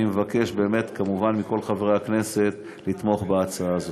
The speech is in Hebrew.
אני מבקש כמובן מכל חברי הכנסת לתמוך בהצעה הזאת.